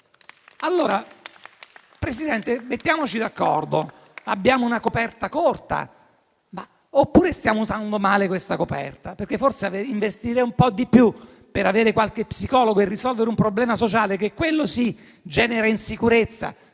Signor Presidente, mettiamoci d'accordo: abbiamo una coperta corta, oppure stiamo usando male questa coperta? Forse investire di più per avere qualche psicologo e risolvere un problema sociale che - quello sì - genera insicurezza